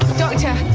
doctor!